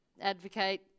advocate